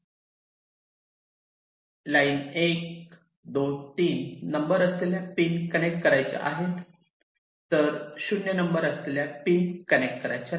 1 2 3 number असलेल्या pin connect करायचा आहे तर 0 नंबर असलेल्या पिन कनेक्ट करायच्या नाही